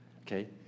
Okay